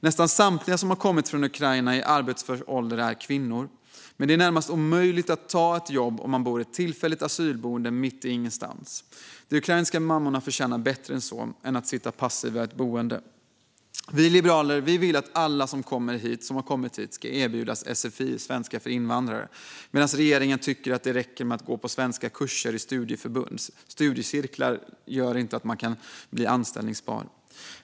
Nästan samtliga som har kommit från Ukraina i arbetsför ålder är kvinnor, men det är närmast omöjligt att ta ett jobb om man bor i ett tillfälligt asylboende mitt i ingenstans. De ukrainska mammorna förtjänar bättre än att sitta passiva i ett boende. Vi liberaler vill att alla som har kommit hit ska erbjudas sfi, svenska för invandrare, medan regeringen tycker att det räcker att gå på svenskkurser i studieförbund. Men studiecirklar gör inte att man blir anställbar.